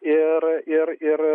ir ir ir